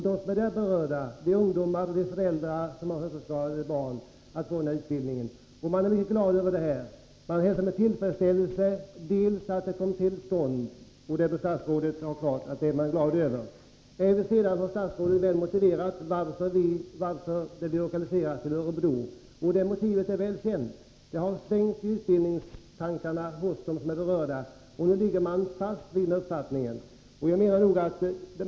De berörda föräldrarna till hörselskadade barn och barnen själva, som skall få denna utbildning, hälsar med tillfredsställelse att detta gymnasium kommer till stånd. Statsrådet bör vara på det klara med att man är mycket glad över det. Statsrådet har också väl motiverat varför gymnasiet skall lokaliseras till Örebro. Det motivet är väl känt. Uppfattningarna har svängt hos dem som är berörda, men nu ligger uppfattningen fast.